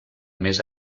més